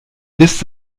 ist